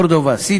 את קורדובה,